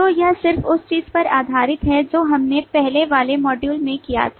तो यह सिर्फ उस चीज पर आधारित है जो हमने पहले वाले मॉड्यूल में किया था